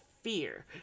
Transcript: fear